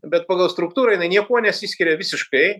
bet pagal struktūrą jinai niekuo nesiskiria visiškai